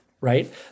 right